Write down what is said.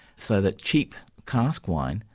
so that cheap cask wine,